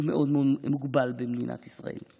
הוא מאוד מאוד מוגבל במדינת ישראל.